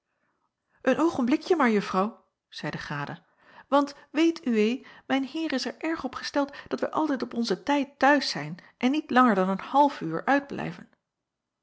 een oogenblikje maar juffrouw zeide grada want weet uwee mijn heer is er erg op gesteld dat wij altijd op onzen tijd t'huis zijn en niet langer dan een half uur